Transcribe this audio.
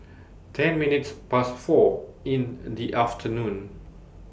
ten minutes Past four in The afternoon